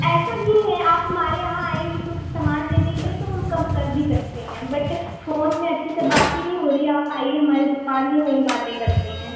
ऐसा नहीं है आप हमारे यहाँ आएंगी तो समान लेने के लिए तो हम कम कर भी सकते हैं बट फ़ोन में अच्छे से बात ही नहीं हो रही आप आइए हमारी दुकान में वहीं बातें करते हैं